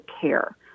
care